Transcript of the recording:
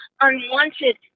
unwanted